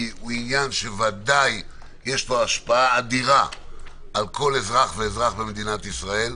כי ודאי יש לו השפעה אדירה על כל אזרח ואזרח במדינת ישראל.